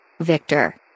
Victor